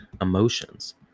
emotions